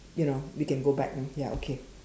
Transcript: you know we can go back in ya okay